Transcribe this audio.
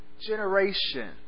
generation